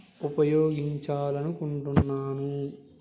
ఉపయోగించాలనుకుంటున్నాను